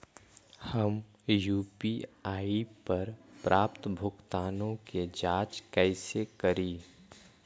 हम यु.पी.आई पर प्राप्त भुगतानों के जांच कैसे करी?